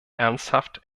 ernsthaft